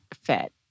fit